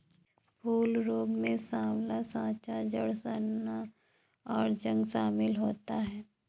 फूल रोग में साँवला साँचा, जड़ सड़ना, और जंग शमिल होता है